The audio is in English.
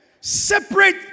separate